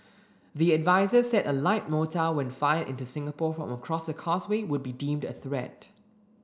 the adviser said a light mortar when fired into Singapore from across the Causeway would be deemed a threat